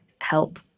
help